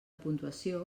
puntuació